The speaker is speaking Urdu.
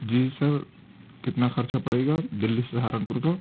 جی سر کتنا خرچہ پڑے گا دلی سے سہارنپور کا